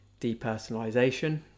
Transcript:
depersonalization